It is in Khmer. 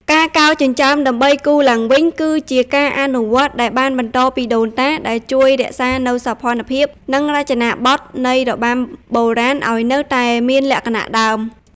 ការកោរចិញ្ចើមដើម្បីគូរឡើងវិញ គឺជាការអនុវត្តន៍ដែលបានបន្តពីដូនតា ដែលជួយរក្សានូវសោភ័ណភាព និងរចនាបថនៃរបាំបុរាណឲ្យនៅតែមានលក្ខណៈដើម។